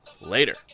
later